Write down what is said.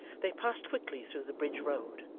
they passed quickly through the bridge road,